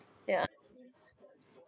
yeah